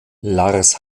lars